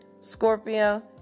Scorpio